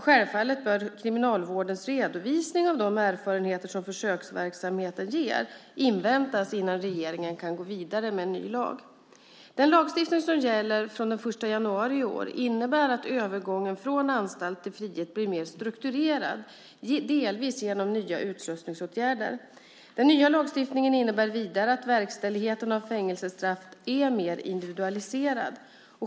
Självfallet bör Kriminalvårdens redovisning av de erfarenheter som försöksverksamheten ger inväntas innan regeringen kan gå vidare med en ny lag. Den lagstiftning som gäller från den 1 januari i år innebär att övergången från anstalt till frihet blir mer strukturerad, delvis genom nya utslussningsåtgärder. Den nya lagstiftningen innebär vidare att verkställigheten av fängelsestraff är mer individualiserad.